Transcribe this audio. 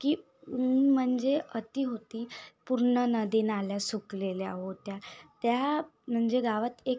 की ऊन म्हणजे अति होती पूर्ण नदीनाल्या सुकलेल्या होत्या त्या म्हणजे गावात एक